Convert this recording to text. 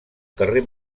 carrer